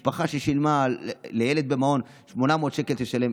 משפחה ששילמה לילד במעון 800 שקלים תשלם